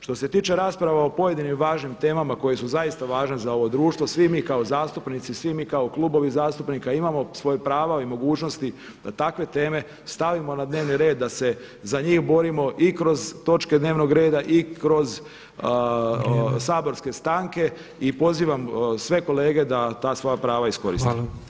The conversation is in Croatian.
Što se tiče rasprava o pojedinim važnim temama koje su zaista važne za ovo društvo, svi mi kao zastupnici, svi mi kao klubovi zastupnika imamo svoje pravo i mogućnosti da takve teme stavimo na dnevni red, da se za njih borimo i kroz točke dnevnog reda i kroz saborske stanke [[Upadica Petrov: Vrijeme.]] i pozivam sve kolege da ta svoja prava iskoriste.